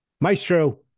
Maestro